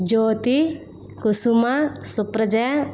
Jyothi Kusuma Supraja